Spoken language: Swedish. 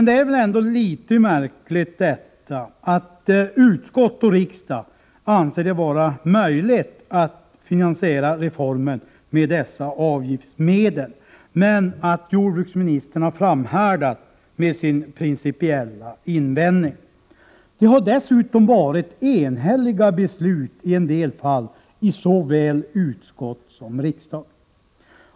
Det är väl ändå litet märkligt att utskott och riksdag anser det vara möjligt att finansiera reformen med dessa avgiftsmedel, men att jordbruksministern har framhärdat med sin principiella invändning. Det har dessutom varit enhälliga beslut i en del fall i såväl utskott som kammare.